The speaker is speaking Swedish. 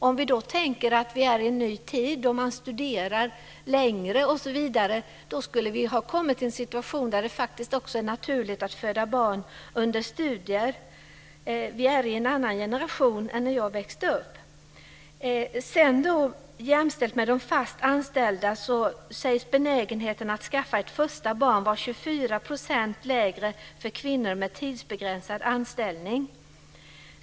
Om vi tänker att vi är i en ny tid där människor studerar längre osv. skulle vi ha kommit till en situation där det är naturligt att föda barn under studier. Vi är i en annan generation än när jag växte upp. Jämfört med de fast anställda sägs benägenheten att skaffa ett första barn vara 24 % lägre för kvinnor med tidsbegränsad anställning.